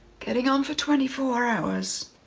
getting on for twenty four hours,